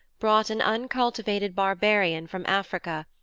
brought an uncultivated barbarian from africa,